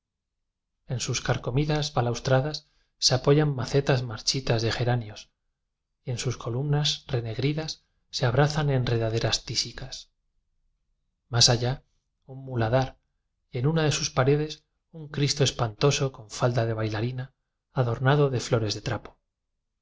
en sus carcomidas ba laustradas se apoyan macetas marchitas de geráneos y en sus columnas renegridas se abrazan enredaderas tísicas más allá un muladar y en una de sus paredes un cristo espantoso con falda de bailarina adorna do de flores de trapo